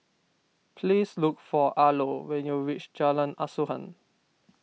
please look for Arlo when you reach Jalan Asuhan